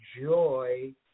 joy